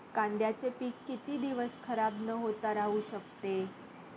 कांद्याचे पीक किती दिवस खराब न होता राहू शकते?